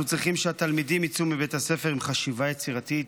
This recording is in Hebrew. אנחנו צריכים שהתלמידים ייצאו מבית הספר עם חשיבה יצירתית,